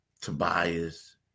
Tobias